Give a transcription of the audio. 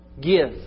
give